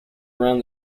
around